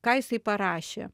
ką jisai parašė